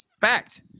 Fact